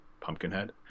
Pumpkinhead